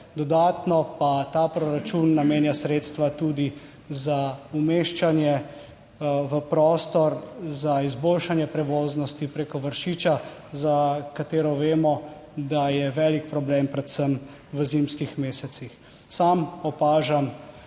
dodatno pa ta proračun namenja sredstva tudi za umeščanje v prostor za izboljšanje prevoznosti preko Vršiča, za katero vemo, da je velik problem predvsem v zimskih mesecih. Sam opažam,